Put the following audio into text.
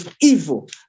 evil